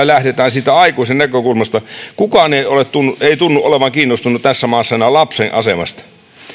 lähdetään siitä aikuisen näkökulmasta kukaan ei tunnu olevan kiinnostunut tässä maassa enää lapsen asemasta